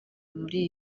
muri